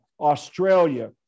Australia